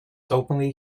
openly